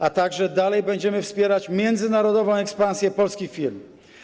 A także dalej będziemy wspierać międzynarodową ekspansję polskich firm.